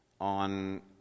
on